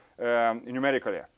numerically